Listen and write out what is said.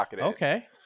Okay